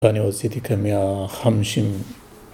‫ואני עשיתי כאן מאה חמישים